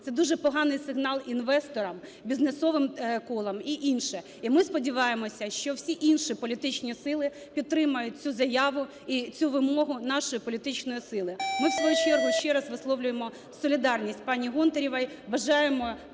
Це дуже поганий сигнал інвесторам, бізнесовим колам і інше. І ми сподіваємося, що всі інші політичні сили підтримають цю заяву і цю вимогу нашої політичної сили. Ми в свою чергу ще раз висловлюємо солідарність пані Гонтаревій.